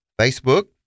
Facebook